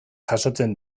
jasotzen